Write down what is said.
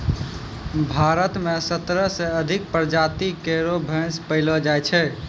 भारत म सत्रह सें अधिक प्रजाति केरो भैंस पैलो जाय छै